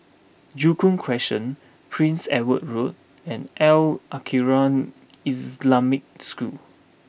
Joo Koon Crescent Prince Edward Road and Al Khairiah Islamic School